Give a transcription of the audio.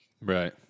Right